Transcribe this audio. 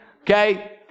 okay